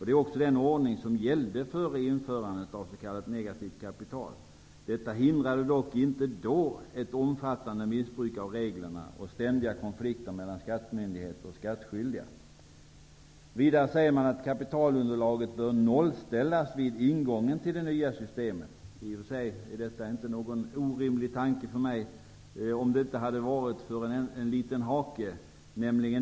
Det är också den ordning som gällde före införandet av s.k. negativt kapital. Detta hindrade dock inte då ett omfattande missbruk av reglerna och ständiga konflikter mellan skattemyndigheter och skattskyldiga. Vidare säger man att kapitalunderlaget bör nollställas vid ingången till det nya systemet. I och för sig är det inte en orimlig tanke för mig. Men det finns en liten hake.